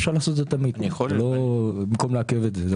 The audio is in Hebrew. תמיד אפשר לעשות זאת ולא לעכב את זה.